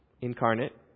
incarnate